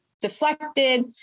deflected